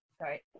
Right